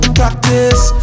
practice